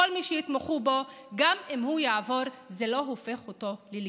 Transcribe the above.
לכל מי שיתמוך בו: גם אם הוא יעבור זה לא הופך אותו ללגיטימי.